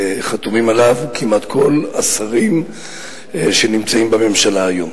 חתומים עליו כמעט כל השרים שנמצאים בממשלה היום.